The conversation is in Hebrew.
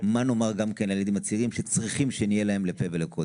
מה נאמר גם כן לילדים הצעירים שצריכים שנהיה להם לפה ולקול?